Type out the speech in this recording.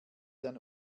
dann